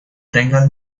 tengas